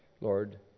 Lord